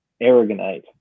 Aragonite